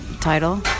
title